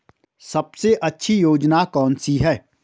सबसे अच्छी योजना कोनसी है?